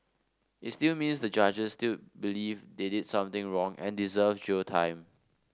it still means the judges dill believe they did something wrong and deserve jail time